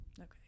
okay